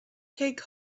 take